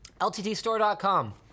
lttstore.com